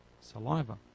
Saliva